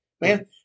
man